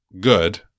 good